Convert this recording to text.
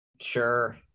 Sure